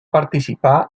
participar